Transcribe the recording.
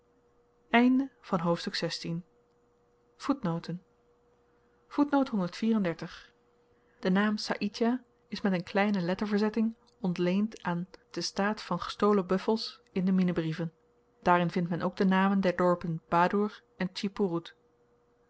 hoofdstuk de naam saïdjah is met n kleine letterverzetting ontleend aan den staat van gestolen buffels in de minnebrieven daarin vindt men ook de namen der dorpen badoer en